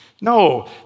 no